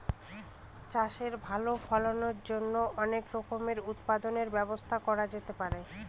চাষের ভালো ফলনের জন্য অনেক রকমের উৎপাদনের ব্যবস্থা করা যেতে পারে